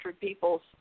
people's